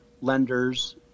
lenders